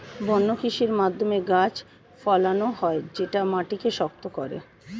বন্য কৃষির মাধ্যমে গাছ ফলানো হয় যেটা মাটিকে শক্ত করে